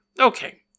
Okay